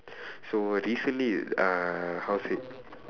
so recently uh how say